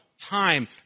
time